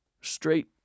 straight